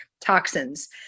toxins